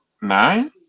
Nine